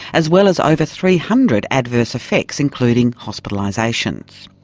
as well as over three hundred adverse effects, including hospitalisations.